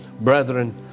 Brethren